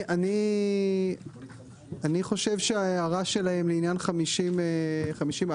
אני חושב שההערה שלהם לעניין 50א,